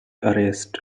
arrest